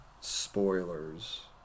spoilers